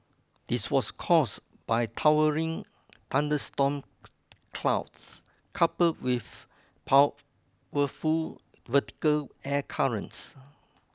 this was caused by towering thunderstorm clouds coupled with powerful vertical air currents